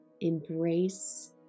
Embrace